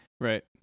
Right